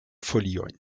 foliojn